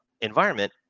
environment